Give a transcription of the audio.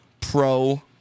pro